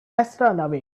astronomy